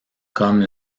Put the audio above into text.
comme